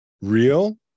real